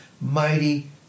mighty